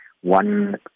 one